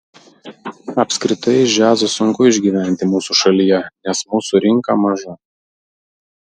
apskritai iš džiazo sunku išgyventi mūsų šalyje nes mūsų rinka maža